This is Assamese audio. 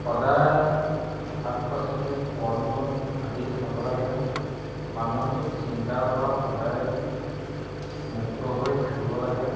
সদায় শাক পাচলি ফল মূল আদি খাব লাগে মানসিক চিন্তাৰ পৰা সদায় মুক্ত হৈ থাকিব লাগে